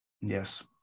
Yes